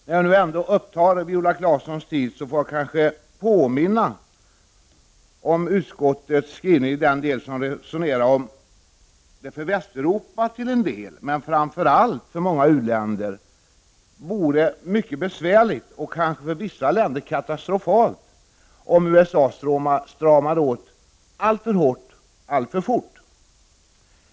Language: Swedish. När jag ändå har Viola Claessons uppmärksamhet får jag kanske påminna om utskottets skrivning i den del som resonerar om att det för Västeuropa till en del men framför allt för många u-länder vore besvärligt och ibland katastrofalt om USA stramade åt alltför hårt och alltför fort.